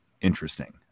interesting